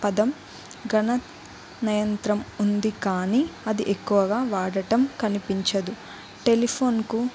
పదం గణ నియంత్రం ఉంది కానీ అది ఎక్కువగా వాడటం కనిపించదు టెలిఫోన్కు